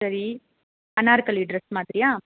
சரி அனார்கலி டிரஸ் மாதிரியா